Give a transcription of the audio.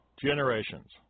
generations